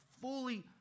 fully